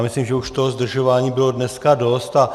Myslím, že už toho zdržování bylo dneska dost.